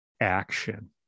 action